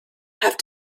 have